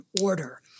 order